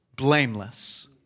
blameless